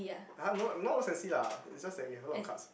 [huh] no not lah is just that we have a lot of cards